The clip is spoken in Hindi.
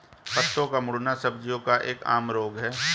पत्तों का मुड़ना सब्जियों का एक आम रोग है